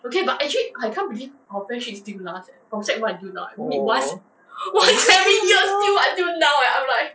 oh oh my god